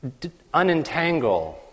unentangle